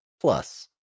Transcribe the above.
plus